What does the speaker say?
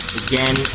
again